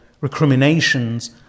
recriminations